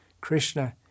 Krishna